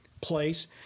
place